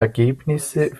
ergebnisse